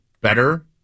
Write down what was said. better